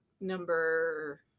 number